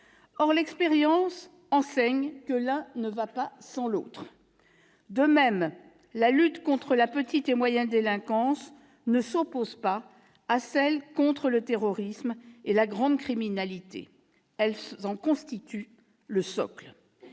Or l'expérience enseigne que l'un ne va pas sans l'autre. De même, la lutte contre la petite et moyenne délinquances ne s'oppose pas à celle contre le terrorisme et la grande criminalité : elle en constitue le socle.